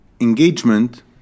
engagement